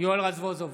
יואל רזבוזוב,